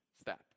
step